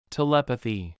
Telepathy